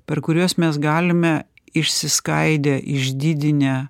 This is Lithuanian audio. per kuriuos mes galime išsiskaidę išdidinę